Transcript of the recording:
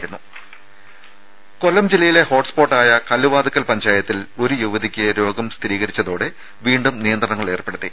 രുര കൊല്ലം ജില്ലയിലെ ഹോട്സ്പോട്ടായ കല്ലുവാതുക്കൽ പഞ്ചായത്തിൽ ഒരു യുവതിക്ക് രോഗം സ്ഥിരീകരിച്ചതോടെ വീണ്ടും നിയന്ത്രണങ്ങൾ ഏർപ്പെടുത്തി